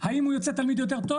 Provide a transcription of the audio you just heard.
האם הוא יוצא תלמיד יותר טוב?